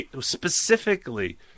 specifically